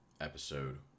episode